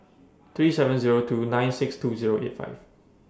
three seven two nine six two eight five